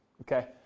okay